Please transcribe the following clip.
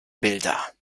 bilder